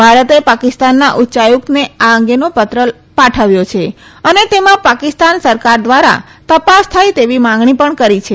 ભારતે પાકિસ્તાનના ઉચ્ચાયુક્તને આ અંગેનો પત્ર પાઠવ્યો છે અને તેમાં પાકિસ્તાન સરકાર દ્વારા તપાસ થાય તેવી માંગણી પણ કરી છે